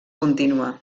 contínua